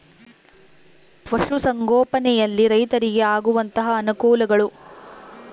ಪಶುಸಂಗೋಪನೆಯಲ್ಲಿ ರೈತರಿಗೆ ಆಗುವಂತಹ ಅನುಕೂಲಗಳು?